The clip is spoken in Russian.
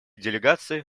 делегации